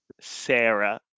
Sarah